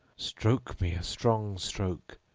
stroke me a strong stroke,